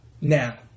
now